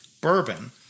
bourbon